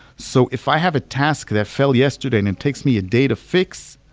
so if i have a task that fell yesterday and it takes me a day to fix,